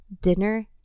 dinner